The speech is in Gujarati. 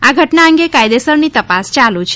આ ઘટના અંગે કાયદેસરની તપાસ ચાલુ છે